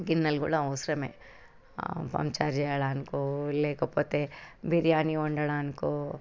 గిన్నెలు కూడా అవసరమే వంచ చేయడానికో లేకపోతే బిర్యాని వండడానికో